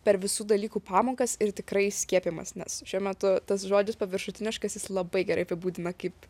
per visų dalykų pamokas ir tikrai skiepijimas nes šiuo metu tas žodis paviršutiniškas jis labai gerai apibūdina kaip